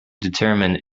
determine